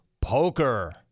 poker